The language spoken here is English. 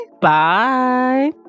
bye